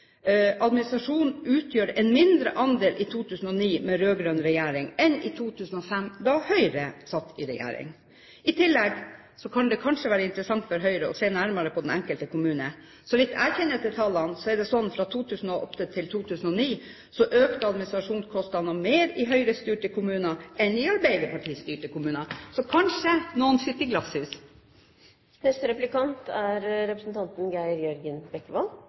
utgjør en mindre andel i 2009 med rød-grønn regjering enn i 2005, da Høyre satt i regjering. I tillegg kan det kanskje være interessant for Høyre å se nærmere på den enkelte kommune. Så vidt jeg kjenner til tallene, økte fra 2008 til 2009 administrasjonskostnadene mer i Høyre-styrte kommuner enn i arbeiderpartistyrte kommuner. Så kanskje noen sitter i glasshus. I flere undersøkelser har vi fått vite at kvaliteten på kommunale tjenester er